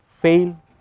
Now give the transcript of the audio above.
fail